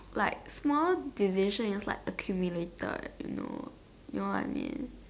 like small decision just like accumulated you know you know what I mean